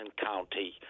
County